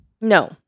No